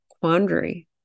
quandary